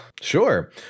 Sure